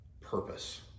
purpose